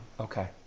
Okay